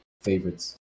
favorites